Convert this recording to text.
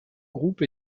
groupe